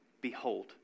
Behold